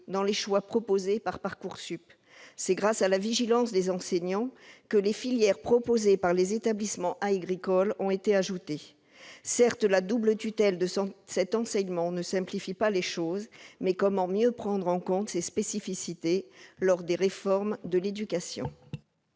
dans les choix proposés par Parcoursup. C'est grâce à la vigilance des enseignants que les filières proposées par les établissements agricoles ont été ajoutées. Certes, la double tutelle de cet enseignement ne simplifie pas les choses, mais comment mieux prendre en compte ces spécificités lors des réformes de l'éducation